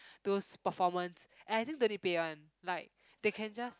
those performance and I think don't need pay one like they can just